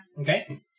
Okay